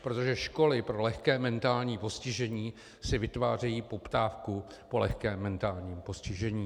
Protože školy pro lehké mentální postižení si vytvářejí poptávku po lehkém mentálním postižení.